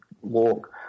walk